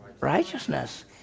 Righteousness